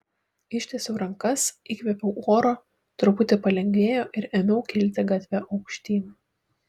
ištiesiau rankas įkvėpiau oro truputį palengvėjo ir ėmiau kilti gatve aukštyn